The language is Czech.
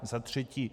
Za třetí.